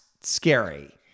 scary